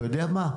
אתה יודע מה,